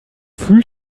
fühlt